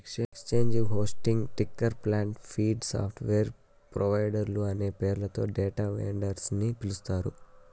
exchange hosting, ticker plant, feed, software ప్రొవైడర్లు అనే పేర్లతో డేటా వెండర్స్ ని పిలుస్తారు